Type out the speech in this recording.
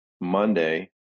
Monday